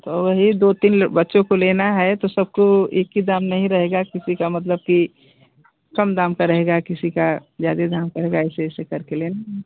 वही दो तीन बच्चों को लेना है तो सबको एक ही दाम नहीं रहेगा किसी का मतलब कि कम दाम का रहेगा किसी का ज़्यादा दाम का रहेगा ऐसे ऐसे करके लेंगे हम